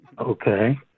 Okay